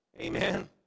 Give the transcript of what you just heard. Amen